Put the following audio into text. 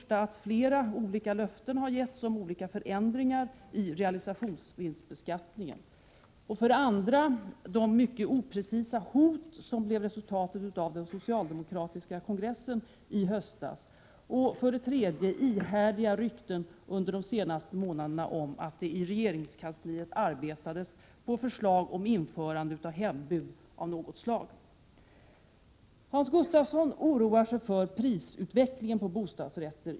För det första har flera olika löften getts om olika förändringar i realisationsvinstbeskattningen. För det andra blev mycket oprecisa hot resultatet av den socialdemokratiska partikongressen i höstas. För det tredje har det under de senaste månaderna funnits ihärdiga rykten om att man inom regeringskansliet arbetar på förslag om införande av hembud av något slag. Hans Gustafsson oroar sig i sitt svar för prisutvecklingen på bostadsrätter.